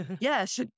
yes